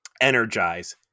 energize